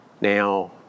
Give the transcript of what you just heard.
Now